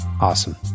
Awesome